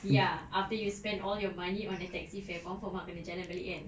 ya after you spend all your money on a taxi fare confirm ah kena jalan balik kan